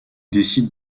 décide